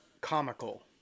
comical